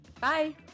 Bye